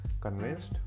convinced